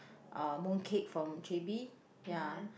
uh mooncake from j_b ya